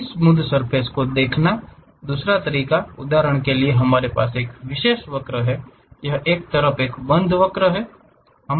इस smooth surface को देखने का दूसरा तरीका उदाहरण के लिए हमारे पास एक विशेष वक्र है यह एक तरफ एक बंद वक्र है